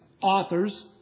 authors